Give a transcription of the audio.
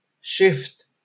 shift